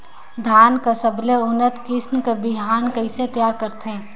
धान कर सबले उन्नत किसम कर बिहान कइसे तियार करथे?